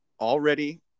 Already